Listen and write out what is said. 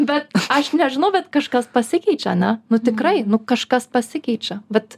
bet aš nežinau bet kažkas pasikeičia ane nu tikrai kažkas pasikeičia bet